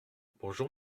bonjour